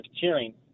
cheering